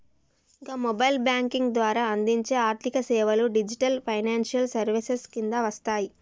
గా mobile banking ద్వారా అందించే ఆర్థికసేవలు డిజిటల్ ఫైనాన్షియల్ సర్వీసెస్ కిందకే వస్తయి